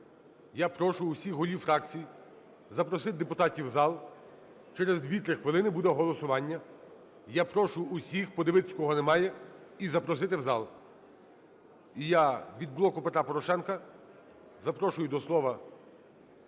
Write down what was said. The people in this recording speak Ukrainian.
Я прошу усіх голів фракцій запросити депутатів в зал, через 2-3 хвилини буде голосування. Я прошу усіх подивитись, кого немає, і запросити в зал. І я від "Блоку Петра Порошенка" запрошую до слова